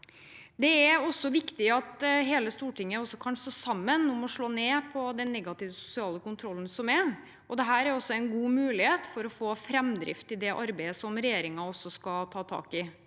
Det er også viktig at hele Stortinget kan stå sammen om å slå ned på den negative sosiale kontrollen som er. Dette er også en god mulighet til å få framdrift i det arbeidet som regjeringen skal ta tak i.